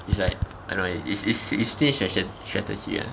it's like I don't know leh is is is still need strate~ strategy [one]